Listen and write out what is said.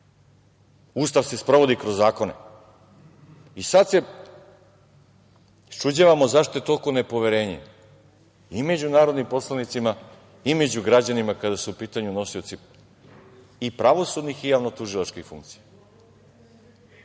Ustav se sprovodi kroz zakone. Sada se iščuđavamo zašto je toliko nepoverenje i među narodnim poslanicima i među građanima kada su u pitanju nosioci i pravosudnih i javnotužilačkih funkcija.